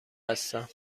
هستم